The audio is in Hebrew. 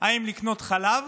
אם לקנות חלב